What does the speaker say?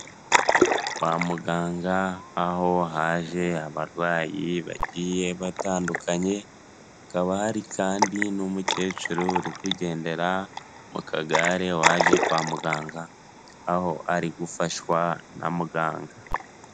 kwa muganga, aho haje abarwayi bagiye batandukanye, hakaba hari kandi n'umukecuru uri ugendera mu kagare waje kwa muganga, aho ari gufashwa na muganga.